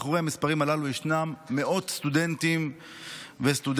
מאחורי המספרים הללו ישנם מאות סטודנטים וסטודנטיות